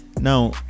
Now